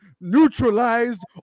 neutralized